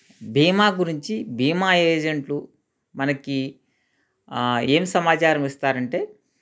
బీమా గురించి బీమా ఏజెంట్లు మనకి ఏం సమాచారం ఇస్తారంటే